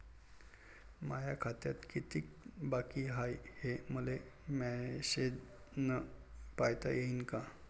माया खात्यात कितीक बाकी हाय, हे मले मेसेजन पायता येईन का?